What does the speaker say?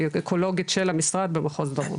שהיא אקולוגית של המשרד במחוז דרום.